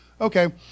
Okay